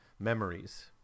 memories